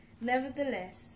Nevertheless